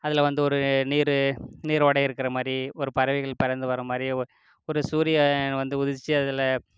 அதில் வந்து ஒரு நீரு நீரோடை இருக்கிற மாதிரி ஒரு பறவைகள் பறந்து வர மாதிரி ஓ ஒரு சூரியன் வந்து உதிச்சு அதில்